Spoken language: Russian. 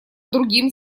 другим